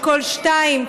אשכול 2,